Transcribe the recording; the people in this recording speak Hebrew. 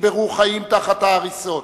נקברו חיים תחת ההריסות.